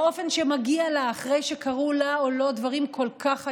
באופן שמגיע לה אחרי שקרו לה או לו דברים כל כך איומים.